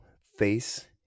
face